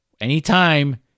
Anytime